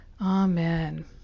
Amen